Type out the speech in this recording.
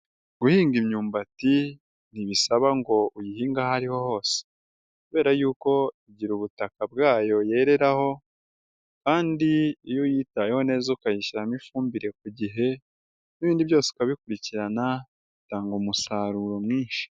Guhinga imyumbati ntibisaba ngo uyihinge aho ari ho hose, kubera yuko igira ubutaka bwayo yereraho kandi iyo uyitayeho neza ukayishyiramo ifumbire ku igihe, n'ibindi byose ukabikurikirana, bitanga umusaruro mwinshi.